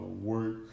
work